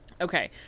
Okay